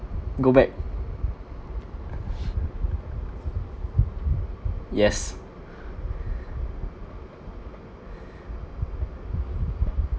go back yes